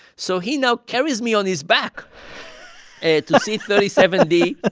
so he now carries me on his back and to seat thirty seven d, ah